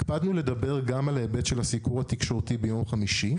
הקפדנו לדבר גם על ההיבט של הסיקור התקשורתי ביום חמישי,